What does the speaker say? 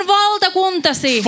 valtakuntasi